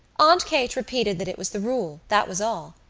aunt kate repeated that it was the rule, that was all.